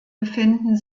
befinden